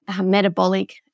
metabolic